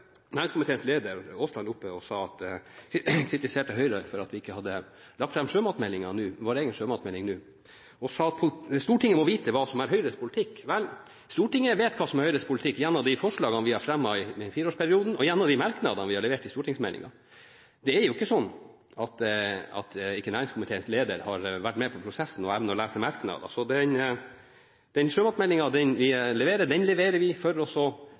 næringskomiteens leder, Terje Aasland, oppe og kritiserte Høyre for at vi ikke hadde lagt fram vår egen sjømatmelding nå, og sa at Stortinget må vite hva som er Høyres politikk. Vel, Stortinget vet hva som er Høyres politikk gjennom de forslagene vi har fremmet i løpet av denne fireårsperioden, og gjennom de merknadene vi har levert i innstillingen til stortingsmeldingen. Det er ikke sånn at næringskomiteens leder ikke har vært med i prosessen og ikke evner å lese merknader. Den sjømatmeldingen vi leverer, leverer vi for